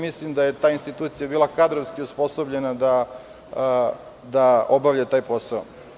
Mislim da je ta institucija bila kadrovski osposobljena da obavlja taj posao.